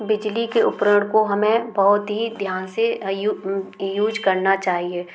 बिजली के उपकरण को हमें बहुत ही ध्यान से यूज़ करना चाहिए